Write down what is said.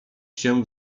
się